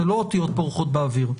אלה לא אותיות בורחות באוויר.